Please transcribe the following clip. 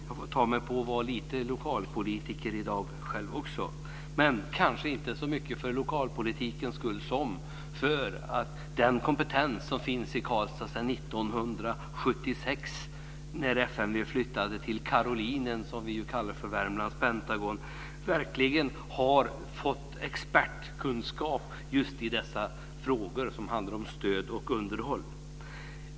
Jag tar på mig att vara lite lokalpolitiker i dag, kanske inte så mycket för lokalpolitikens skull som för att den kompetens som finns i Karlstad sedan Pentagon - verkligen innebär expertkunskap i de frågor som gäller stöd och underhåll.